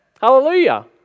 Hallelujah